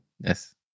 Yes